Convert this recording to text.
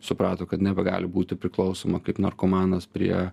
suprato kad nebegali būti priklausoma kaip narkomanas prie